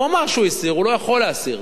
הוא אמר שהוא הסיר, הוא לא יכול להסיר.